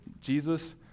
Jesus